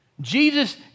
Jesus